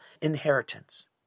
inheritance